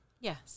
Yes